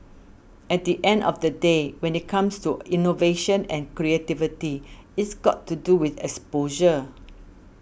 at the end of the day when it comes to innovation and creativity it's got to do with exposure